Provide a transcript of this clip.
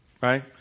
right